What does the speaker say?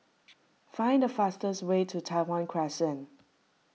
find the fastest way to Tai Hwan Crescent